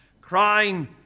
crying